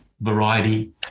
variety